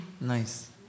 nice